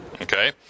Okay